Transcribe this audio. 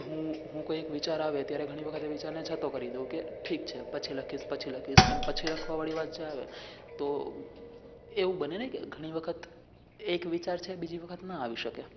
હું હું કોઈક વિચાર આવે ત્યારે ઘણી વખત એ વિચારને જતો કરી દઉં કે ઠીક છે પછી લખીશ પછી લખીશ એમ પછી લખવા વાળી વાત જે આવે તો એવું બને ને કે ઘણી વખત એક વિચાર છે બીજી વખત ના આવી શકે